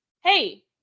hey